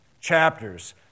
chapters